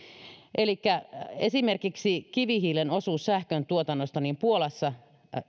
elikkä esimerkiksi kivihiilen osuus sähköntuotannosta on puolassa